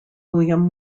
william